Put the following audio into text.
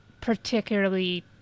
particularly